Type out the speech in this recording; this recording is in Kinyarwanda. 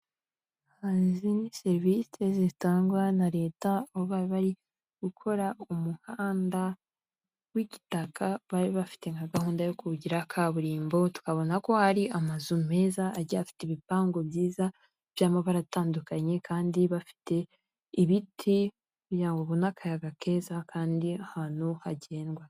Hari izindi serivisi zitangwa na leta aho baba bari gukora umuhanda w'igitaka bari bafite nka gahunda yo kuwugira kaburimbo, tukabona ko hari amazu meza agiye afite ibipangu byiza, by'amabara atandukanye, kandi bafite ibiti kugira babone akayaga keza kandi ahantu hagendwe.